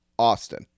austin